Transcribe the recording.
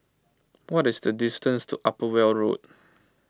what is the distance to Upper Weld Road